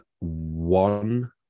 one